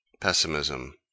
Pessimism